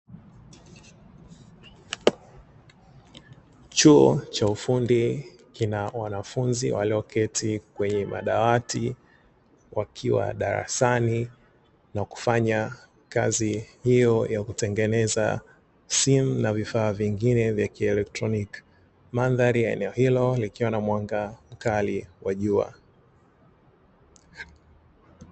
Chuo cha ufundi kina wanafunzi walioketi kwenye madawati wakiwa darasani na kufanya kazi hiyo ya kutengeneza simu na vifaa vingine vya kielektroniki. Mandhari ya eneo hilo likiwa na mwanga mkali wa jua.